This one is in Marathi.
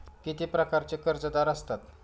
किती प्रकारचे कर्जदार असतात